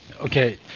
okay